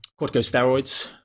corticosteroids